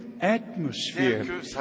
atmosphere